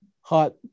hot